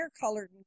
colored